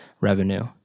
revenue